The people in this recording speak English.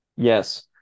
Yes